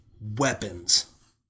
weapons